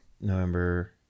November